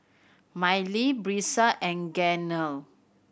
Mylee Brisa and Gaynell